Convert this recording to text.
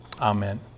amen